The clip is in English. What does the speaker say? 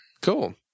Cool